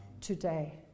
today